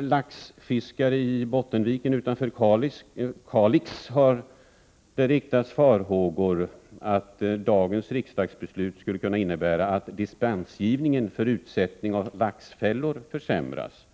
Laxfiskare i Bottenviken utanför Kalix har hyst farhågor för att dagens riksdagsbeslut skulle kunna innebära att dispensgivningen för utsättning av laxfällor försämras.